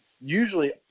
usually